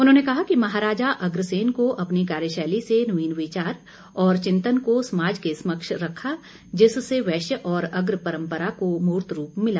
उन्होंने कहा कि महाराजा अग्रसेन को अपनी कार्यशैली से नवीन विचार और चिंतन को समाज के समक्ष रखा जिससे वैश्य और अग्र परंपरा को मूर्त रूप मिला